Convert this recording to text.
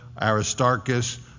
Aristarchus